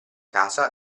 casa